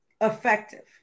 effective